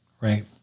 Right